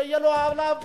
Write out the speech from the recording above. שיהיה עליו בקרה,